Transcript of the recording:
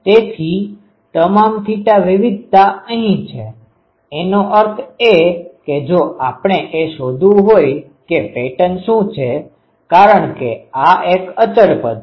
તેથી તમામ થીટા વિવિધતા અહીં છે એનો અર્થ એ કે જો આપણે એ શોધવું હોય કે પેટર્ન શું છે કારણ કે આ એક અચળ પદ છે